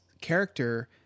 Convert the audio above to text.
character